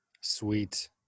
Sweet